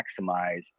maximize